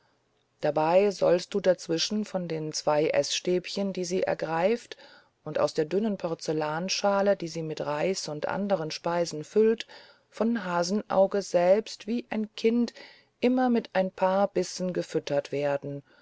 dabei sollst du dazwischen von den zwei eßstäbchen die sie ergreift und aus der dünnen porzellanschale die sie mit reis und anderen speisen füllt von hasenauge selbst wie ein kind immer mit ein paar bissen gefüttert werden